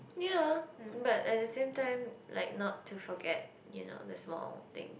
yea but at the same time like not to forget you know the small things